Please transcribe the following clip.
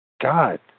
God